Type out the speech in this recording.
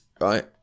right